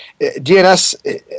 DNS